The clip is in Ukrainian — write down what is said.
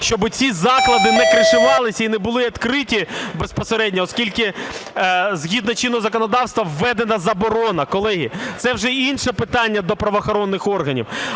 щоб ці заклади "не кришувались" і не були відкриті безпосередньо, оскільки згідно чинного законодавства введена заборона. Колеги, це вже інше питання до правоохоронних органів,